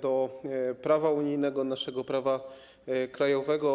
do prawa unijnego naszego prawa krajowego.